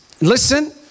listen